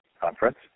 conference